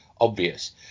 obvious